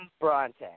Bronte